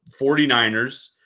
49ers